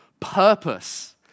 Purpose